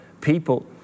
people